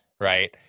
right